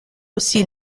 aussi